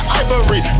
ivory